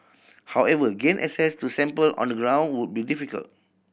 however gain access to sample on the ground would be difficult